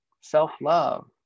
self-love